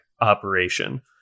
operation